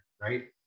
right